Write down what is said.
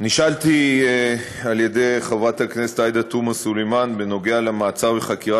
נשאלתי על ידי חברת הכנסת עאידה תומא סלימאן בנוגע למעצר וחקירה